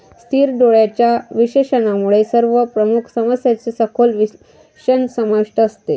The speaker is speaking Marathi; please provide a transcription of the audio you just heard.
स्थिर डोळ्यांच्या विश्लेषणामध्ये सर्व प्रमुख समस्यांचे सखोल विश्लेषण समाविष्ट असते